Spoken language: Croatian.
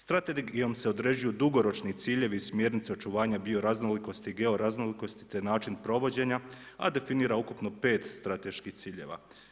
Strategijom se određuju dugoročni ciljevi i smjernice očuvanja bioraznolikosti i georaznolikosti te način provođenja a definira ukupno 5 strateških ciljeva.